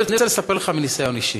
אני רוצה לספר לך מניסיון אישי,